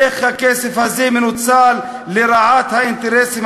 איך הכסף הזה מנוצל לרעת האינטרסים